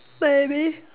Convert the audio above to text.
maybe